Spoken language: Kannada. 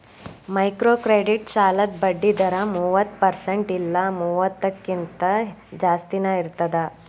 ಮೈಕ್ರೋಕ್ರೆಡಿಟ್ ಸಾಲದ್ ಬಡ್ಡಿ ದರ ಮೂವತ್ತ ಪರ್ಸೆಂಟ್ ಇಲ್ಲಾ ಮೂವತ್ತಕ್ಕಿಂತ ಜಾಸ್ತಿನಾ ಇರ್ತದ